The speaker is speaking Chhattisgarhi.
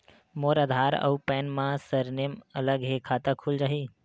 मोर आधार आऊ पैन मा सरनेम अलग हे खाता खुल जहीं?